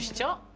job